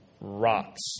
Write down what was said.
rocks